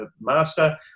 master